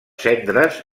cendres